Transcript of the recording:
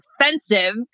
offensive